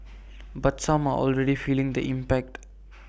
but some are already feeling the impact